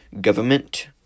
government